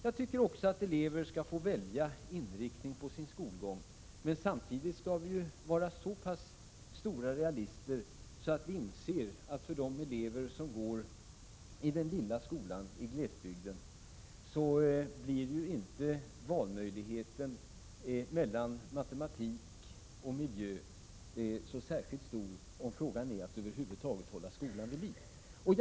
Jag tycker också elever skall få välja inriktning på sin skolgång. Men samtidigt skall vi vara så pass stora realister att vi inser att för de elever som går i den lilla skolan i glesbygden blir inte valmöjligheten mellan matematik och miljö särskilt stor, om frågan är att över huvud taget hålla skolan vid liv.